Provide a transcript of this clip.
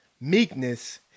meekness